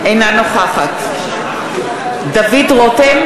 אינה נוכחת דוד רותם,